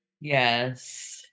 Yes